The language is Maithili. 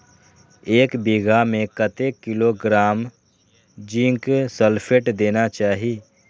एक बिघा में कतेक किलोग्राम जिंक सल्फेट देना चाही?